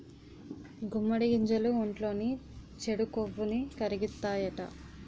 గుమ్మడి గింజలు ఒంట్లోని చెడు కొవ్వుని కరిగిత్తాయట